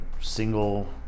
single